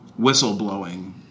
whistleblowing